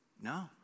No